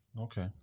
Okay